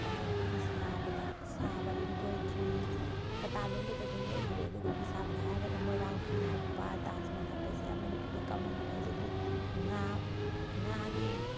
ꯐꯤ ꯁꯥꯕꯗ ꯁꯥꯕ ꯏꯝꯕ꯭ꯔꯣꯏꯗ꯭ꯔꯤ ꯀꯇꯥ ꯂꯣꯟꯕꯩꯗ ꯑꯗꯨꯃꯥꯏꯅ ꯂꯩꯈ꯭ꯔꯦ ꯑꯗꯨꯒ ꯐꯤ ꯁꯥꯕꯗ ꯍꯥꯏꯔꯒꯅ ꯃꯣꯏꯔꯥꯡ ꯐꯤ ꯍꯛꯄ ꯇꯥꯖꯃꯍꯜ ꯍꯛꯄꯁꯦ ꯌꯥꯝ ꯃꯅꯤꯄꯨꯔꯗ ꯀꯃꯟ ꯑꯣꯏ ꯑꯗꯒꯤ ꯉꯥ ꯉꯥꯒꯤ